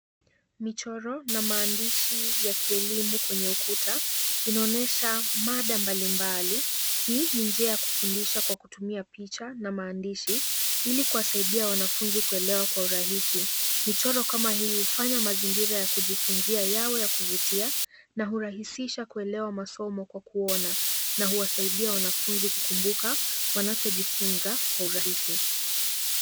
Michoro na maandishi ya kielimu kwenye ukuta inaonyesha mada mbalimbali, hii ni njia ya kufundisha kwa kutumia picha na maandishi ili kuwasaidia wanafunzi kuelewa kwa urahisi. Michoro kama hii hufanya mazingira ya kujifunzia yawe ya kuvutia na hurahisisha kuelewa masomo kwa kuona na kuwasaidia wanafunzi kukumbuka wanachojifunza kwa urahisi.